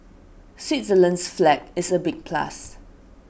Switzerland's flag is a big plus